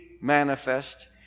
manifest